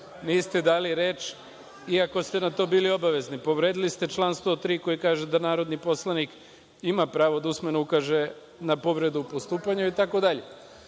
niste dali reč, iako ste na to bili obavezni. Povredili ste član 103. koji kaže da narodni poslanik ima pravo da usmeno ukaže na povredu u postupanju, itd.